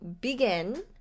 begin